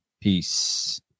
Peace